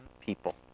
people